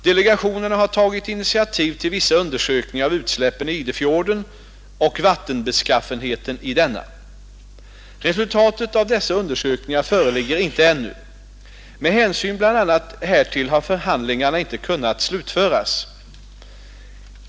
Delegationerna har tagit initiativ till vissa undersökningar av utsläppen i Idefjorden och vattenbeskaffenheten i denna. Resultaten av dessa undersökningar föreligger inte ännu. Med hänsyn bl.a. härtill har förhandlingarna inte kunnat slutföras.